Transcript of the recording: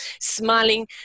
Smiling